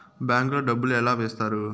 bank లో డబ్బులు ఎలా వేస్తారు